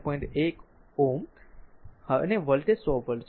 1 mho અને voltage 100 volt છે